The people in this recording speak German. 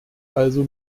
also